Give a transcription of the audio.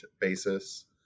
basis